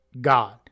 God